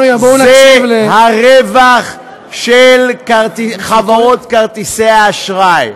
זה הרווח של חברות כרטיסי האשראי.